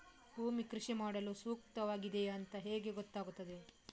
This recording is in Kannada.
ಭೂಮಿ ಕೃಷಿ ಮಾಡಲು ಸೂಕ್ತವಾಗಿದೆಯಾ ಅಂತ ಹೇಗೆ ಗೊತ್ತಾಗುತ್ತದೆ?